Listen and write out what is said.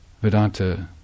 Vedanta